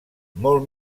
molt